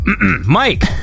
Mike